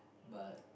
but